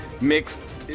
mixed